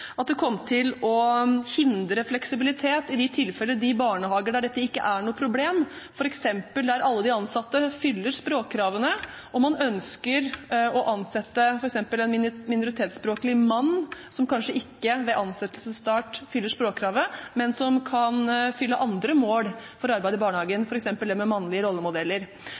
at det kom til å hindre fleksibilitet i de barnehager der dette ikke er noe problem, f.eks. der alle de ansatte fyller språkkravene og man ønsker å ansette f.eks. en minoritetsspråklig mann, som kanskje ikke ved ansettelsesstart fyller språkkravet, men som kan fylle andre krav for å arbeide i barnehagen, f.eks. det med mannlige rollemodeller.